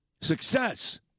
Success